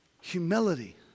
Humility